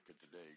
today